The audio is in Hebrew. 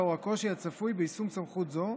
לאור הקושי הצפוי ביישום סמכות זו,